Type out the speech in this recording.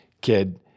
Kid